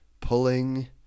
pulling